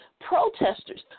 protesters